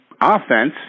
offense